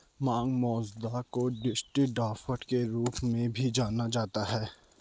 मांग मसौदा को दृष्टि ड्राफ्ट के रूप में भी जाना जाता है